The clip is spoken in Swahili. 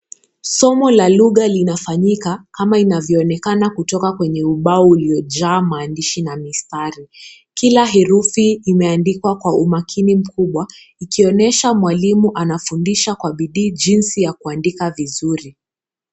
Somo la lugha linafanyika kama inavyoonekana kutoka kwenye ubao uliojaa maandishi na mistari . Kila herufi imeandikwa kwa umakini mkubwa ikionyesha mwalimu anafundisha kwa bidii jinsi ya kuandika vizuri.